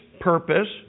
purpose